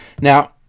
Now